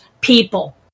people